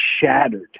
shattered